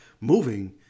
moving